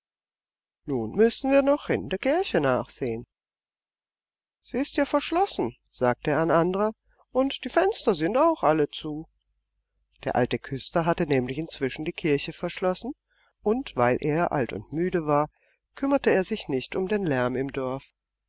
nun müssen wir noch in der kirche nachsehen sie ist ja verschlossen sagte ein anderer und die fenster sind auch alle zu der alte küster hatte nämlich inzwischen die kirche verschlossen und weil er alt und müde war kümmerte er sich nicht um den lärm im dorf